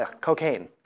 cocaine